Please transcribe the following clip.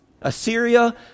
Assyria